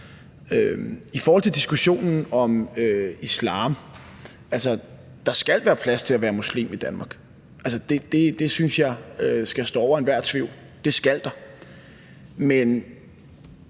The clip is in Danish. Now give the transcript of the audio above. I forhold til diskussionen om islam vil jeg sige, at der skal være plads til at være muslim i Danmark. Det syntes jeg skal stå over enhver tvivl. Det skal der.